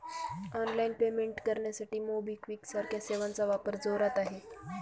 online payment करण्यासाठी MobiKwik सारख्या सेवांचा वापर जोरात आहे